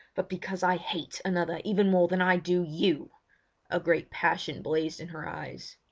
but because i hate another even more than i do you a great passion blazed in her eyes.